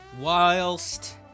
Whilst